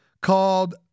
called